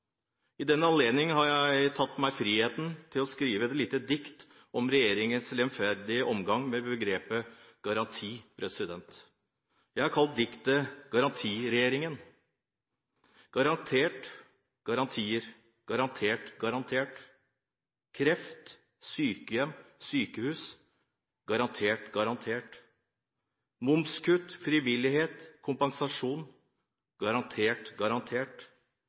I den anledning har jeg tatt meg den frihet å skrive et lite dikt om regjeringens lemfeldige omgang med begrepet «garanti». Jeg har kalt diktet «Garantiregjeringen»: «Garanterte garantier Garantert Garantert Kreft – sykehjem – sykehus Garantert Garantert Momskutt – frivillighet – kompensasjon Garantert Garantert